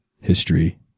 history